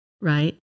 right